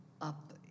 up